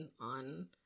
on